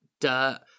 dirt